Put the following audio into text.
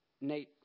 Nate